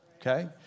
Okay